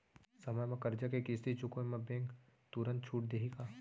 समय म करजा के किस्ती चुकोय म बैंक तुरंत छूट देहि का?